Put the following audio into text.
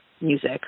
music